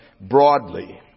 broadly